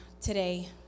today